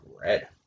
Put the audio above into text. red